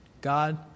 God